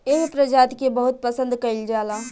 एह प्रजाति के बहुत पसंद कईल जाला